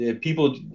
people